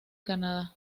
canadá